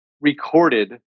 recorded